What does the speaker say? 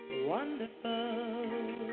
wonderful